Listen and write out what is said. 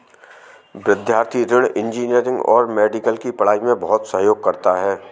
विद्यार्थी ऋण इंजीनियरिंग और मेडिकल की पढ़ाई में बहुत सहयोग करता है